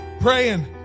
Praying